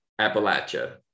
Appalachia